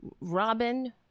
Robin